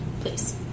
Please